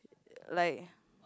like